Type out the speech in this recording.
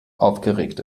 aufgeregt